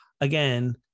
again